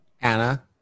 Anna